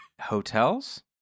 hotels